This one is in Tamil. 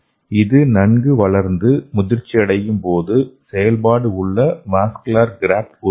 இது நன்கு வளர்ந்து முதிர்ச்சியடையும் போது செயல்பாடு உள்ள வாஸ்குலர் கிராஃப்ட் உருவாகும்